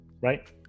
right